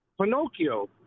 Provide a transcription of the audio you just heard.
Pinocchio